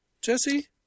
Jesse